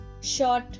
short